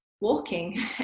walking